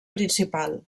principal